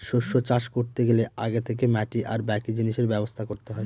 শস্য চাষ করতে গেলে আগে থেকে মাটি আর বাকি জিনিসের ব্যবস্থা করতে হয়